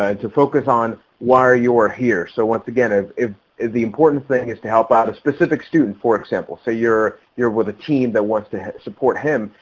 ah to focus on why you're you're here. so once again, if if is the important thing is to help out a specific student. for example, say you're you're with a team that wants to support him,